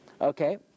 Okay